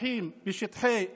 שטחים משטחי C,